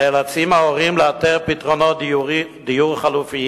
נאלצים ההורים לאתר פתרונות דיור חלופיים,